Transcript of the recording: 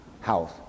house